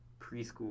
preschool